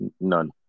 None